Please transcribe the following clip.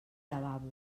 lavabo